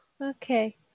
Okay